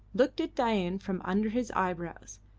looked at dain from under his eyebrows,